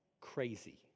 crazy